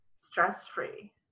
stress-free